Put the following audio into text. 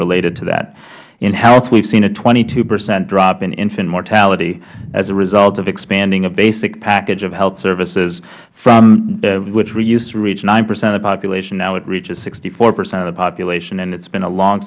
related to that in health we have seen a twenty two percent drop in infant mortality as a result of expanding a basic package of health services which used to reach nine percent of the population now it reaches sixty four percent of the population and it has been a